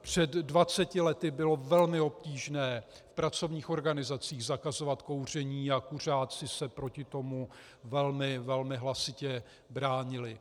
Před dvaceti lety bylo velmi obtížné v pracovních organizacích zakazovat kouření a kuřáci se proti tomu velmi hlasitě bránili.